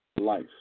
life